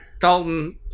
Dalton